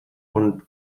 und